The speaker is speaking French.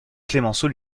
clemenceau